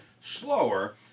slower